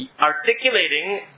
articulating